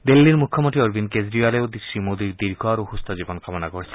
দিল্লীৰ মুখ্যমন্ত্ৰী অৰবিন্দ কেজৰিয়ালেও শ্ৰীমোদীৰ দীৰ্ঘ আৰু সুস্থ জীৱন কামনা কৰিছে